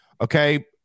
okay